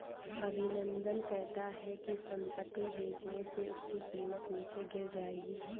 अभिनंदन कहता है कि संपत्ति बेचने से उसकी कीमत नीचे गिर जाएगी